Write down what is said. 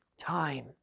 time